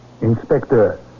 Inspector